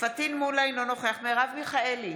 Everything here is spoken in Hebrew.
פטין מולא, אינו נוכח מרב מיכאלי,